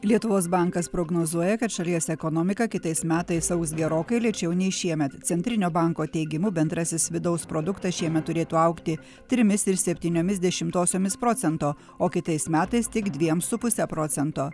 lietuvos bankas prognozuoja kad šalies ekonomika kitais metais augs gerokai lėčiau nei šiemet centrinio banko teigimu bendrasis vidaus produktas šiemet turėtų augti trimis ir septyniomis dešimtosiomis procento o kitais metais tik dviem su puse procento